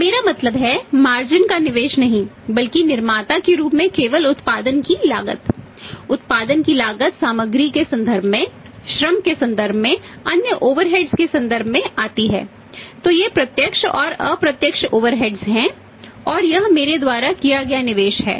अब मेरा मतलब है मार्जिन हैं और यह मेरे द्वारा किया गया निवेश है